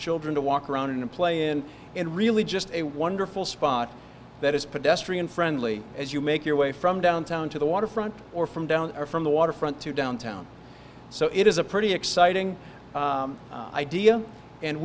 children to walk around and play in and really just a wonderful spot that is pedestrian friendly as you make your way from downtown to the waterfront or from down or from the waterfront to downtown so it is a pretty exciting idea and